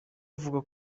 avuga